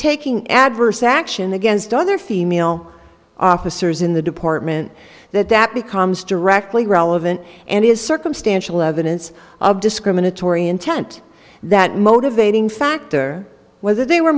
taking adverse action against other female officers in the department that that becomes directly relevant and is circumstantial evidence of discriminatory intent that motivating factor whether they were